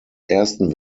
ersten